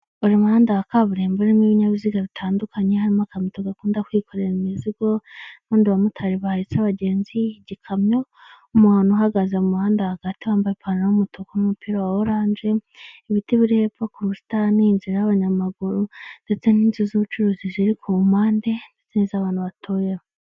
Uyu muhanda wa kaburimbo urimo ibinyabiziga bitandukanye harimo akamoto gakunda kwikorera imizigo, n'anadi bamotari bahetsa abagenzi igikamyo, umuntu uhagaze muhanda hagati wambaye ipantaro y'umutuku n'umupira wa orange, ibiti biri hepfo ku busitani, inzira y'abanyamaguru ndetse n'inzu z'ubucuruzi ziri ku mpande n'iz'abantu batuyeho.